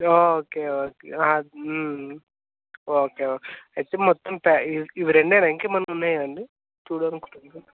okay okay okay okay అయితే మొత్తం ఇవి రెండేనా ఇంకా ఏమన్న ఉన్నాయా అండి చూడాలనుకుంటునవి